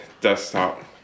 desktop